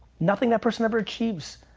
nothing that person ever achieves,